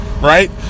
Right